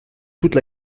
toute